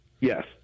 Yes